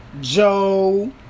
Joe